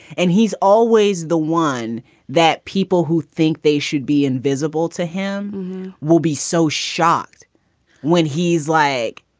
and he's always the one that people who think they should be invisible to him will be so shocked when he's like,